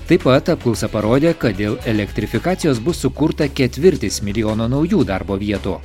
taip pat apklausa parodė kad dėl elektrifikacijos bus sukurta ketvirtis milijono naujų darbo vietų